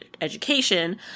education